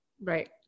Right